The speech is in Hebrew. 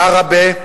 עראבה,